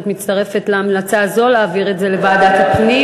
האם את מצטרפת להמלצה הזאת להעביר לוועדת הפנים?